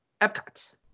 Epcot